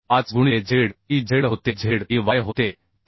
5 गुणिले z e z होते z e y होते 13